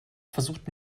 versucht